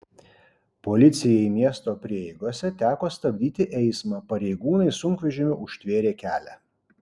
policijai miesto prieigose teko stabdyti eismą pareigūnai sunkvežimiu užtvėrė kelią